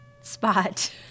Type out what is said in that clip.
spot